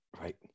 right